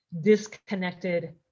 disconnected